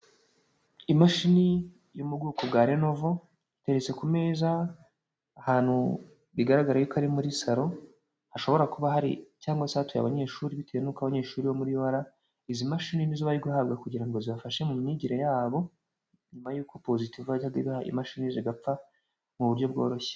Imashini yo mu bwoko bwa Lenovo, iteretse ku meza ahantu bigaragare yuko ari muri saro, hashobora kuba hari cyangwa se hatuye abanyeshuri bitewe n'uko abanyeshuri bo muri UR, izi mashi ni zo bari guhabwa kugira ngo zibafashe mu myigire yabo, nyuma y'uko Postivo yajyaga ibaha imashini zigapfa mu buryo bworoshye.